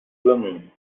بمون